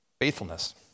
Faithfulness